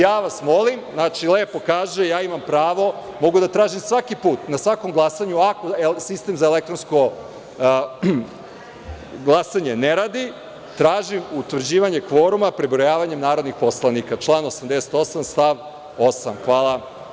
Ja vas molim, lepo kaže, ja imam pravo, mogu da tražim svaki put, na svakom glasanju, ako sistem za elektronsko glasanje ne radi, tražim utvrđivanje kvoruma prebrojavanjem narodnih poslanika – član 88. stav 8. Hvala.